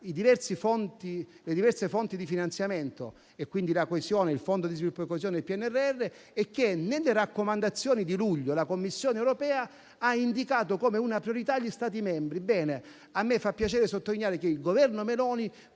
le diverse fonti di finanziamento, e quindi il Fondo per lo sviluppo e la coesione del PNRR, che, nelle raccomandazioni di luglio, la Commissione europea ha indicato come una priorità agli Stati membri. A me fa piacere sottolineare che questa